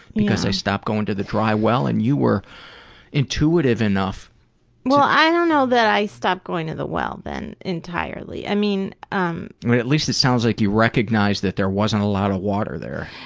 because i stopped going to the dry well and you were intuitive enough well i don't know that i stopped going to the well then entirely, i mean um p at least it sounds like you recognized that there wasn't a lot of water there.